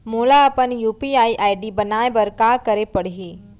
मोला अपन UPI ID बनाए बर का करे पड़ही?